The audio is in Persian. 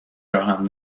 راهم